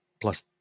plus